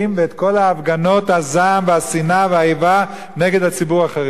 ואת כל הפגנות הזעם והשנאה והאיבה נגד הציבור החרדי.